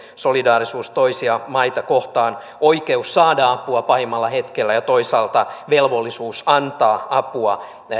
solidaarisuus toisia maita kohtaan oikeus saada apua pahimmalla hetkellä ja toisaalta velvollisuus antaa apua